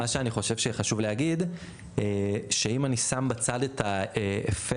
מה שחשוב להגיד זה שאם אני שם בצד את האפקט